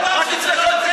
רק אצלכם זה קורה.